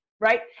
Right